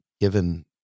given